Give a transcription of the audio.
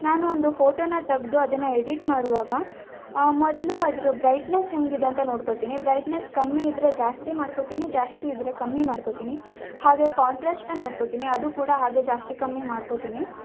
ನಾನು ಒಂದು ಫೋಟೋನ ತೆಗೆದು ಅದನ್ನು ಎಡಿಟ್ ಮಾಡುವಾಗ ಮೊದಲು ಅದರ ಬ್ರೈಟ್ನೆಸ್ ಹೇಗಿದೆ ಅಂತ ನೋಡ್ಕೋತೀನಿ ಬ್ರೈಟ್ನೆಸ್ ಕಮ್ಮಿ ಇದ್ದರೆ ಜಾಸ್ತಿ ಮಾಡ್ಕೋತೀನಿ ಜಾಸ್ತಿ ಇದ್ದರೆ ಕಮ್ಮಿ ಮಾಡ್ಕೋತೀನಿ ಹಾಗೆ ಕಾಂಟ್ರ್ಯಾಸ್ಟನ್ನು ನೋಡ್ಕೋತೀನಿ ಅದು ಕೂಡ ಹಾಗೆ ಜಾಸ್ತಿ ಕಮ್ಮಿ ಮಾಡ್ಕೋತೀನಿ